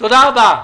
תודה רבה.